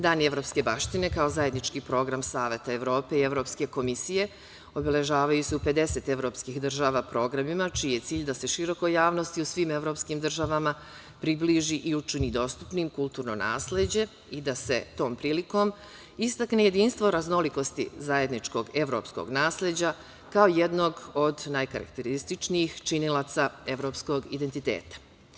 Dani evropske baštine“, kao zajednički program Saveta Evrope i Evropske komisije, obeležavaju se u 50 evropskih država programima čiji je cilj da se širokoj javnosti u svim evropskim državama približi i učini dostupnim kulturno nasleđe i da se tom prilikom istakne jedinstvo raznolikosti zajedničkog evropskog nasleđa kao jednog od najkarakterističnijih činilaca evropskog identiteta.